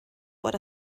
what